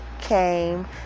came